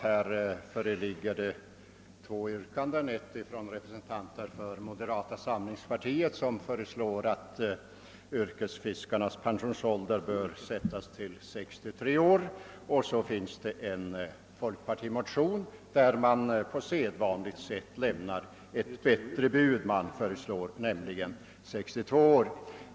Här föreligger två yrkanden, dels ett från representanter för moderata samlingspartiet, som föreslår att yrkesfiskarnas pensionsålder bör sänkas till 63 år, dels en folkpartimotion, vari man på sedvanligt sätt lämnar ett bättre bud; man föreslår nämligen 62 år.